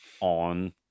on